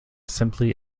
simply